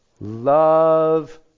love